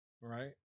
right